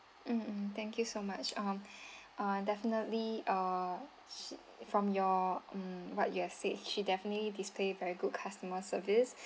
mm mm thank you so much um uh definitely uh from your mm what you are said she definitely display very good customer service